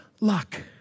luck